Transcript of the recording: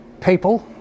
People –